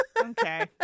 Okay